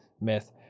myth